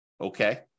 Okay